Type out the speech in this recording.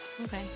okay